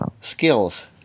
skills